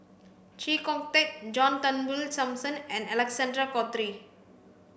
Chee Kong Tet John Turnbull Thomson and Alexander Guthrie